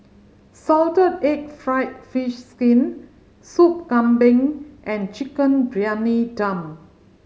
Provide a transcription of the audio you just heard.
salted egg fried fish skin Sup Kambing and Chicken Briyani Dum